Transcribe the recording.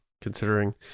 considering